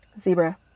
Zebra